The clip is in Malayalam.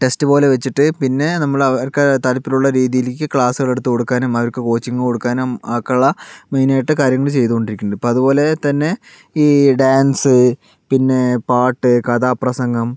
ടെസ്റ്റ് പോലെ വെച്ചിട്ട് പിന്നെ നമ്മൾ അവർക്ക് താൽപര്യം ഉള്ള രീതിയിലേക്ക് ക്ലാസുകൾ എടുത്ത് കൊടുക്കാനും അവർക്ക് കോച്ചിങ്ങ് കൊടുക്കാനും ഒക്കെ ഉള്ള മെയിനായിട്ട് കാര്യങ്ങൾ ചെയ്ത് കൊണ്ടിരിക്ക്ന്ന് ഇപ്പോൾ അത്പോലെ തന്നെ ഈ ഡാൻസ് പിന്നെ പാട്ട് കഥാപ്രസംഗം